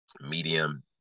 medium